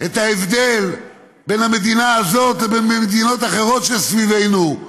את ההבדל בין המדינה הזאת לבין מדינות אחרות שסביבנו,